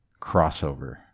crossover